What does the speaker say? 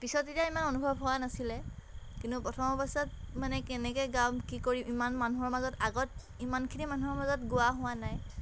পিছত তেতিয়া ইমান অনুভৱ হোৱা নাছিলে কিন্তু প্ৰথম অৱস্থাত মানে কেনেকৈ গাম কি কৰিম ইমান মানুহৰ মাজত আগত ইমানখিনি মানুহৰ মাজত গোৱা হোৱা নাই